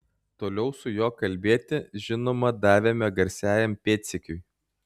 toliau su juo kalbėti žinoma davėme garsiajam pėdsekiui